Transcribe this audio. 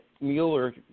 Mueller